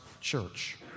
church